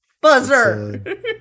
Buzzer